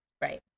Right